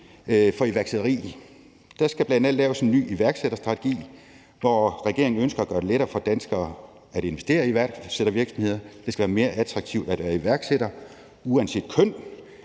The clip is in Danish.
for iværksætteri. Der skal bl.a. laves en ny iværksætterstrategi, hvor regeringen ønsker at gøre det lettere for danskere at investere i iværksættervirksomheder. Det skal være mere attraktivt at være iværksætter, uanset køn,